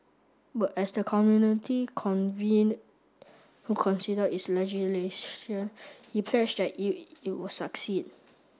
but as the committee convened to consider its legislation he pledged that it it would succeed